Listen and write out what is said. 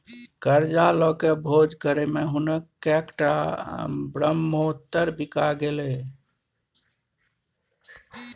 करजा लकए भोज करय मे हुनक कैकटा ब्रहमोत्तर बिका गेलै